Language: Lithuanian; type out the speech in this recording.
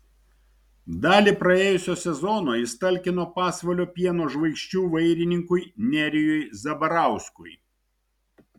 dalį praėjusio sezono jis talkino pasvalio pieno žvaigždžių vairininkui nerijui zabarauskui